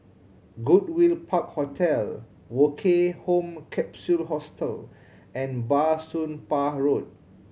Goodwood Park Hotel Woke Home Capsule Hostel and Bah Soon Pah Road